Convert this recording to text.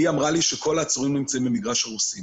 והיא אמרה לי שכל העצורים נמצאים במגרש הרוסים.